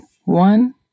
one